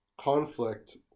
conflict